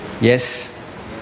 yes